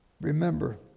remember